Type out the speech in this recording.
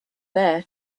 there